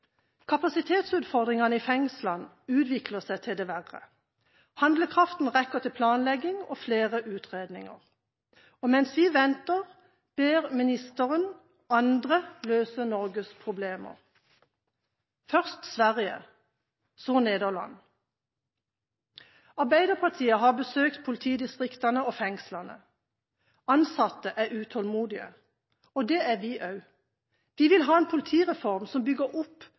Kapasitetsutfordringene i fengslene utvikler seg til det verre. Handlekraften rekker til planlegging og flere utredninger, og mens vi venter, ber ministeren andre løse Norges problemer: først Sverige, så Nederland. Arbeiderpartiet har besøkt politidistriktene og fengslene. Ansatte er utålmodige, og det er vi også. Vi vil ha en politireform som bygger opp